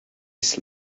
his